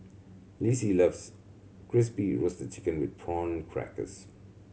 Lessie loves Crispy Roasted Chicken with Prawn Crackers